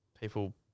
people